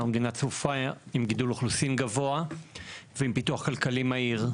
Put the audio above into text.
אנחנו מדינה צפופה עם גידול אוכלוסין גבוה ועם פיתוח כלכלי מהיר.